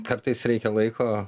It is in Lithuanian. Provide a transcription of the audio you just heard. kartais reikia laiko